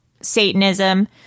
Satanism